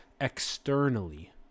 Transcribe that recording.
externally